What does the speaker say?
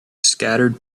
scattered